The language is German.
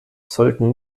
sollten